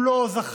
הוא לא זכר,